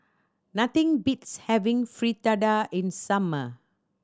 nothing beats having Fritada in summer